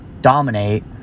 dominate